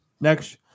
Next